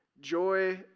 Joy